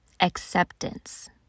Acceptance